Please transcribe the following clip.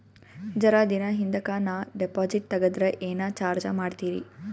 ಜರ ದಿನ ಹಿಂದಕ ನಾ ಡಿಪಾಜಿಟ್ ತಗದ್ರ ಏನ ಚಾರ್ಜ ಮಾಡ್ತೀರಿ?